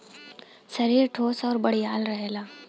सरीर ठोस आउर बड़ियार रहेला